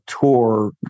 tour